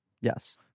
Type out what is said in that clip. Yes